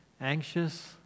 anxious